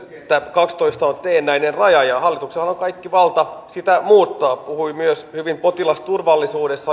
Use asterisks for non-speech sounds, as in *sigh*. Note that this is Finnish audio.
kaksitoista on teennäinen raja ja hallituksellahan on kaikki valta sitä muuttaa hän puhui myös hyvin potilasturvallisuudesta *unintelligible*